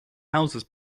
houses